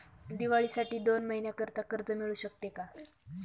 दिवाळीसाठी दोन महिन्याकरिता कर्ज मिळू शकते का?